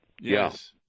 Yes